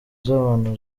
z’abantu